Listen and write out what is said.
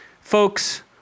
folks